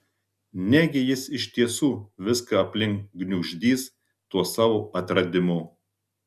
negi jis iš tiesų viską aplink gniuždys tuo savo atradimu